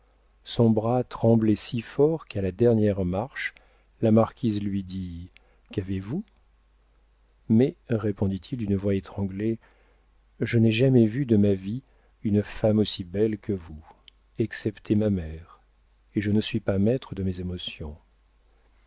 son bras tremblait si fort qu'à la dernière marche la marquise lui dit qu'avez-vous mais répondit-il d'une voix étranglée je n'ai jamais vu de ma vie une femme aussi belle que vous excepté ma mère et je ne suis pas maître de mes émotions